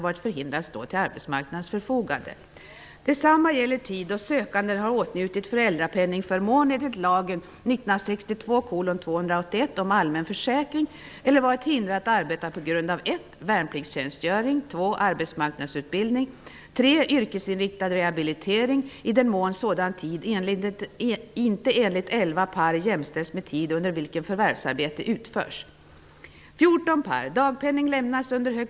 Dit hör t.ex. företagarnas försäkring. Nuvarande regler är inte acceptabla. Enligt min mening bör utredningen ta fasta på ett förslag i Ny demokratis motion A32, där vi föreslår att en företagare skall kunna anses arbetslös utan att behöva avyttra rörelsen.